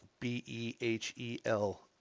B-E-H-E-L